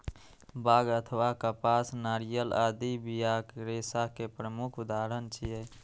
बांग अथवा कपास, नारियल आदि बियाक रेशा के प्रमुख उदाहरण छियै